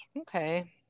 okay